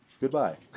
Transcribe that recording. Goodbye